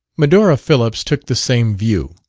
medora phillips took the same view.